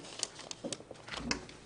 בבקשה.